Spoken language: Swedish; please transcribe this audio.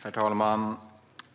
Herr talman!